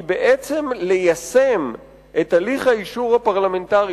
היא בעצם ליישם את הליך האישור הפרלמנטרי